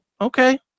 Okay